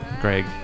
Greg